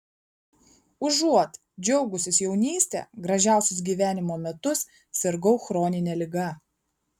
užuot džiaugusis jaunyste gražiausius gyvenimo metus sirgau chronine liga